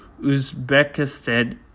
Uzbekistan